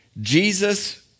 Jesus